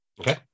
Okay